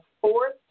fourth